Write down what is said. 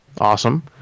awesome